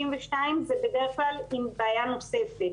62% זה בדרך כלל עם בעיה נוספת.